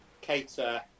Cater